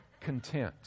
content